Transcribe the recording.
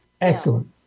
Excellent